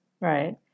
right